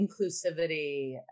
inclusivity